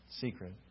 secret